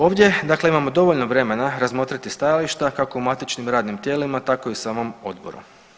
Ovdje dakle imamo dovoljno vremena razmotriti stajališta kako u matičnim radnim tijelima, tako i samom Odboru.